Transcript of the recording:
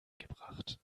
gebracht